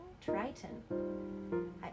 Triton